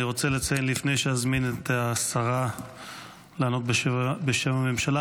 לפני שאזמין את השרה לענות בשם הממשלה,